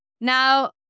Now